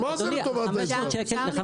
איך זה לטובת האזרח?